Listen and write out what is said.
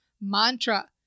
mantra